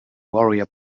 warrior